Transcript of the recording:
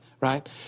right